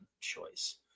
choice